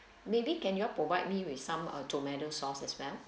maybe can you all provide me with some uh tomato sauce as well